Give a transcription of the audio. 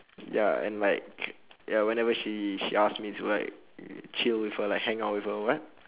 ya and like ya whenever she she ask me to like chill with her like hang out with her what